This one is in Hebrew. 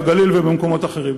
בגליל ובמקומות אחרים.